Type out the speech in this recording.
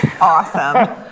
awesome